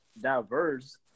diverse –